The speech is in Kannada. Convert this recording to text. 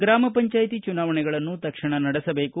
ಗ್ರಾಮ್ ಪಂಚಾಯ್ತಿ ಚುನಾವಣೆಗಳನ್ನು ತಕ್ಷಣ ನಡೆಸಬೇಕು